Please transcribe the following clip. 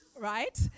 right